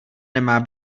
nemá